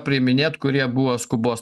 priiminėt kurie buvo skubos